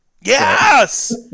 Yes